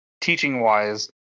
teaching-wise